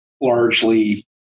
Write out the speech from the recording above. largely